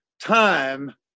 time